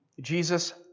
Jesus